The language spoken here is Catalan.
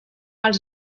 els